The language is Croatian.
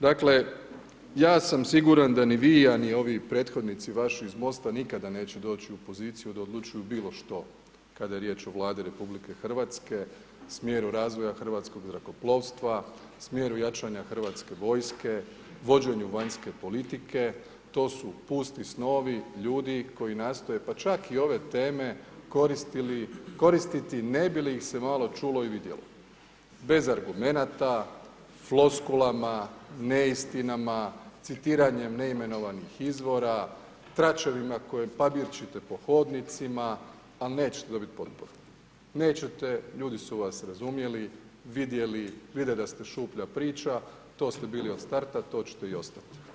Dakle ja sam siguran da ni vi a ni ovi prethodnici vaši iz MOST-a nikada neće doći u poziciju da odlučuju bilo što kada je riječ o Vladi RH, smjeru razvoja hrvatskog zrakoplovstva, smjeru jačanja Hrvatske vojske, vođenju vanjske politike, to su pusti snovi, ljudi koji nastoje pa čak i ove teme koristiti ne bi li ih se malo čulo i vidjelo, bez argumenata, floskulama, neistinama, citiranjem neimenovanih izvora, tračevima koje pabirčite po hodnicima ali nećete dobiti potporu, nećete, ljudi su vas razumjeli, vidjeli, vide da ste šuplja priča, to ste bili od starta, to ćete i ostati.